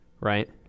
right